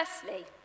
Firstly